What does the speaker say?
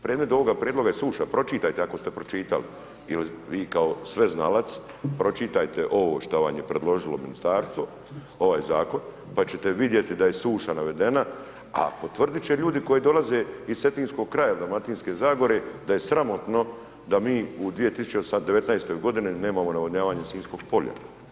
Predmet ovoga prijedloga je suša, pročitajte ako ste pročitali ili vi kao sveznalac pročitajte ovo šta vam je predložilo ministarstvo ovaj zakon, pa ćete vidjeti da je suša navedena, a potvrdit će ljudi koji dolaze iz cetinskog kraja, Dalmatinske zagore da je sramotno da mi u 2019. godini nemamo navodnjavanje Sinjskog polja.